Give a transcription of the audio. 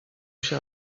się